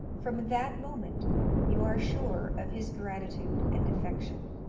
from that moment you are sure of his gratitude and affection.